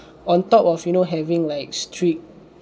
on top of you know having like strict